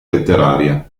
letteraria